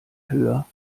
höher